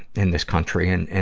in this country. and, and,